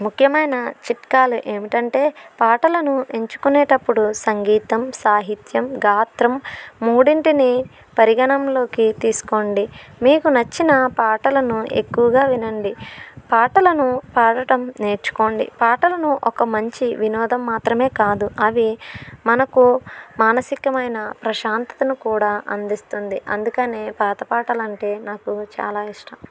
ముఖ్యమైన చిట్కాలు ఏమిటంటే పాటలను ఎంచుకునేటప్పుడు సంగీతం సాహిత్యం గాత్రం మూడింటిని పరిగణలోకి తీసుకోండి మీకు నచ్చిన పాటలను ఎక్కువగా వినండి పాటలను పాడటం నేర్చుకోండి పాటలను ఒక మంచి వినోదం మాత్రమే కాదు అవి మనకు మానసికమైన ప్రశాంతతను కూడా అందిస్తుంది అందుకనే పాత పాటలు అంటే నాకు చాలా ఇష్టం